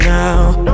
now